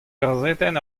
gazetenn